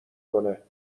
کنه